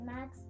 Max